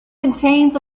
contains